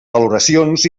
valoracions